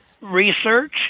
Research